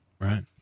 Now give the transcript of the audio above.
Right